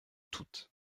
toutes